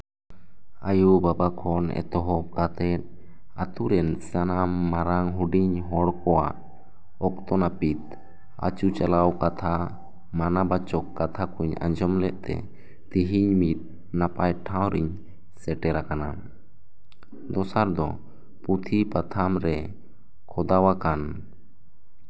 ᱟᱭᱩ ᱵᱟᱵᱟ ᱠᱷᱚᱱ ᱮᱛᱚᱦᱚᱵ ᱠᱟᱛᱮᱜ ᱟᱛᱳᱨᱮᱱ ᱥᱟᱱᱟᱢ ᱥᱟᱱᱟᱢ ᱢᱟᱨᱟᱝ ᱦᱩᱰᱤᱧ ᱦᱚᱲ ᱠᱚᱣᱟᱜ ᱚᱠᱛᱚ ᱱᱟᱯᱤᱛ ᱟᱪᱩᱪᱟᱞᱟᱣ ᱠᱟᱛᱷᱟ ᱢᱟᱱᱟᱣ ᱵᱟᱪᱚᱠ ᱠᱟᱛᱷᱟ ᱠᱩᱧ ᱟᱸᱡᱚᱢ ᱞᱮᱜ ᱛᱮ ᱛᱮᱦᱮᱧ ᱢᱤᱫ ᱱᱟᱯᱟᱭ ᱴᱷᱟᱶ ᱨᱤᱧ ᱥᱮᱴᱮᱨ ᱟᱠᱟᱱᱟ ᱫᱚᱥᱟᱨ ᱫᱚ ᱯᱩᱛᱷᱤ ᱯᱟᱛᱷᱟᱢᱨᱮ ᱠᱷᱚᱫᱟ ᱟᱠᱟᱱ